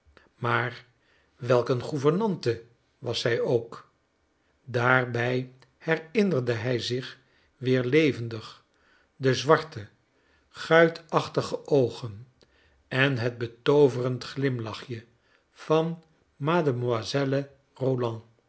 maar welk een gouvernante was zij ook daarbij herinnerde hij zich weer levendig de zwarte guitachtige oogen en het betooverend glimlachje van mademoiselle